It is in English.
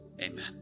amen